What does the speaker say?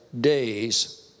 days